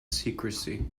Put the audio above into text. secrecy